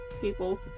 people